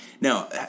now